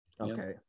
Okay